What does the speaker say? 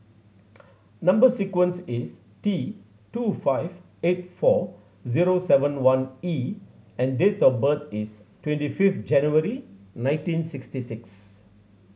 number sequence is T two five eight four zero seven one E and date of birth is twenty fifth January nineteen sixty six